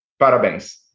Parabéns